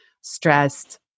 stressed